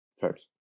first